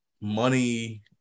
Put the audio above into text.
money